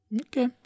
Okay